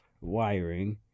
wiring